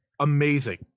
amazing